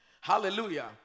Hallelujah